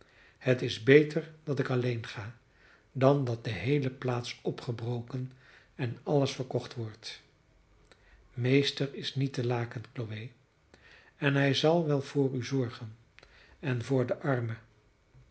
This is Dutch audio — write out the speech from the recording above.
het is beter dat ik alleen ga dan dat de geheele plaats opgebroken en alles verkocht wordt meester is niet te laken chloe en hij zal wel voor u zorgen en voor de arme